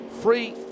free